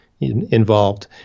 involved